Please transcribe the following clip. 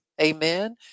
Amen